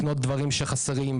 לקנות דברים שחסרים.